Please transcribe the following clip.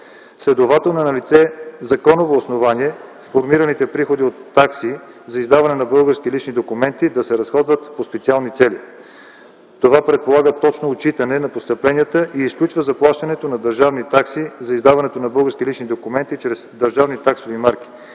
Следователно е налице законово основание формираните приходи от такси за издаване на български лични документи да се разходват за специални цели. Това предполага точно отчитане на постъпленията и изключва заплащането на държавни такси за издаването на български лични документи чрез държавни таксови марки,